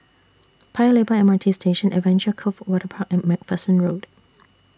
Paya Lebar M R T Station Adventure Cove Waterpark and MacPherson Road